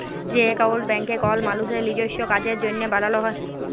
যে একাউল্ট ব্যাংকে কল মালুসের লিজস্য কাজের জ্যনহে বালাল হ্যয়